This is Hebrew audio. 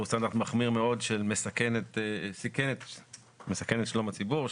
הוא סטנדרט מחמיר מאוד: מסכן את שלום הציבור,